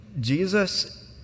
Jesus